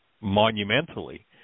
monumentally